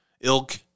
ilk